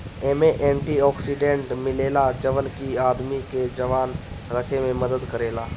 एमे antioxidant मिलेला जवन की आदमी के जवान रखे में मदद करेला